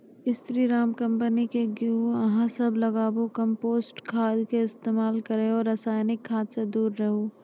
स्री Ram company के गेहूँ अहाँ सब लगाबु कम्पोस्ट खाद के इस्तेमाल करहो रासायनिक खाद से दूर रहूँ?